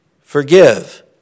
forgive